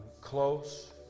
close